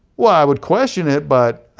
well, i would question it, but,